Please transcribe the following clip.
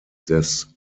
des